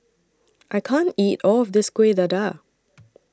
I can't eat All of This Kueh Dadar